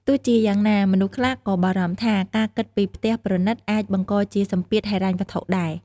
ទោះជាយ៉ាងណា មនុស្សខ្លះក៏បារម្ភថា ការគិតពីផ្ទះប្រណិតអាចបង្កជាសម្ពាធហិរញ្ញវត្ថុដែរ។